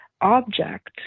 object